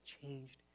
changed